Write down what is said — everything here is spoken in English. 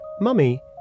Mummy